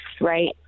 right